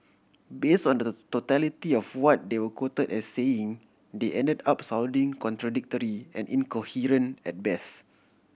base on the totality of what they were quote as saying they ended up sounding contradictory and incoherent at best